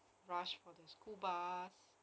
rush for the school bus